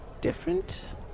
different